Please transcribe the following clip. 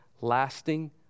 lasting